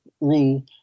rule